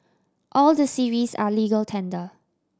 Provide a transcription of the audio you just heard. all the series are legal tender